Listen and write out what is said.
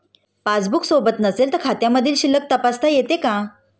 Passbook सोबत नसेल तर खात्यामधील शिल्लक तपासता येते का?